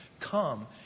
come